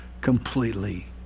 completely